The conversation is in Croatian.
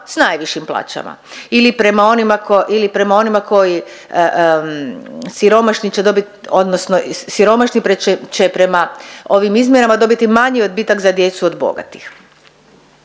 s najvišim plaćama ili prema onima koji siromašni će dobit odnosno siromašni će prema ovim izmjenama dobiti manji odbitak za djecu od bogatih.